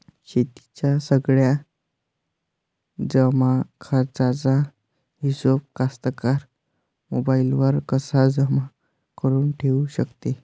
शेतीच्या सगळ्या जमाखर्चाचा हिशोब कास्तकार मोबाईलवर कसा जमा करुन ठेऊ शकते?